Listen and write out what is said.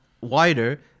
wider